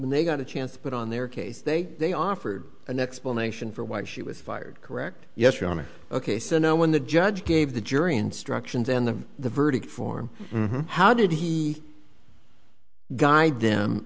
when they got a chance to put on their case they they offered an explanation for why she was fired correct yes your honor ok so now when the judge gave the jury instructions and the verdict form how did he guide them